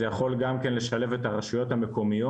זה יכול גם כן לשלב את הרשויות המקומיות,